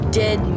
dead